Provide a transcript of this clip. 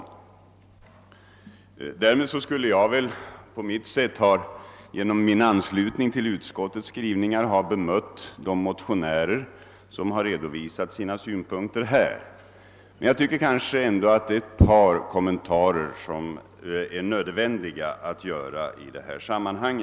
Därmed skulle jag väl genom min anslutning till utskottets skrivningar ha bemött de motionärer som har redovisat sina synpunkter. Men jag tycker ändå att ett par kommentarer är nödvändiga att göra i detta sammanhang.